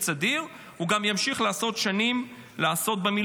סדיר הוא גם ימשיך לעשות שנים במילואים.